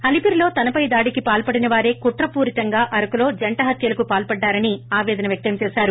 అలీపిరిలో తనపై దాడికి పాల్సడిన వారే కుట్రపూరితంగా అరకులో జంట హత్యలకు పాల్సడ్డారని ఆయన ఆపేదన వ్యక్తం చేసారు